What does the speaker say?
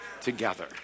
together